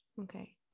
okay